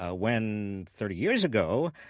ah when thirty years ago,